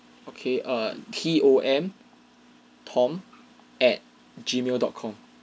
okay err T O M tom at gmail dot com